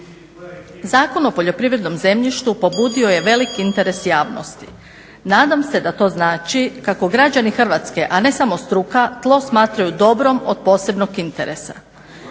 Zakon o poljoprivrednom zemljištu pobudio je velik interes javnosti. Nadam se da to znači kako građani Hrvatske a ne samo struka tlo smatraju dobrom od posebnog interesa.